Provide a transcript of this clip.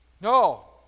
No